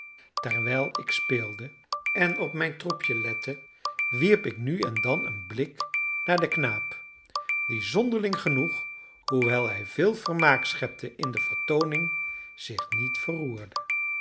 terwijl ik speelde en op mijn troepje lette wierp ik nu en dan een blik naar den knaap die zonderling genoeg hoewel hij veel vermaak schepte in de vertooning zich niet